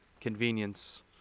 convenience